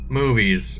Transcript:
movies